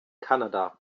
kanada